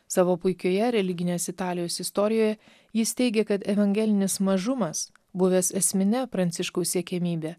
savo puikioje religinės italijos istorijoje jis teigia kad evangelinis mažumas buvęs esmine pranciškaus siekiamybe